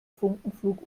funkenflug